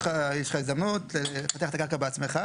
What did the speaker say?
יש לך הזדמנות לפתח את הקרקע בעצמך.